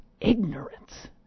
Ignorance